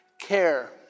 care